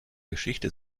geschichte